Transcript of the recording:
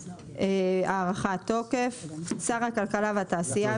- הארכת תוקף 64. שר הכלכלה והתעשייה,